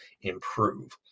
improve